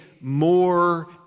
more